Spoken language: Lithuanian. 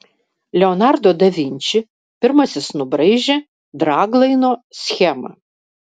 leonardo da vinči pirmasis nubraižė draglaino schemą